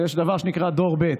יש דבר שנקרא דור ב',